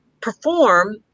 perform